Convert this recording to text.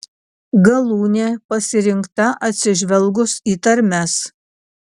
galūnė pasirinkta atsižvelgus į tarmes